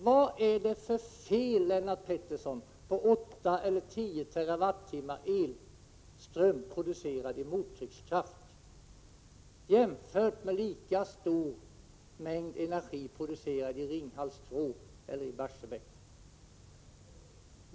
Vad är det för fel, Lennart Pettersson, på 8 eller 10 terrawattimmar elström producerad med mottryckskraft jämfört med lika stor mängd energi producerad i Ringhals 2 eller i Barsebäck?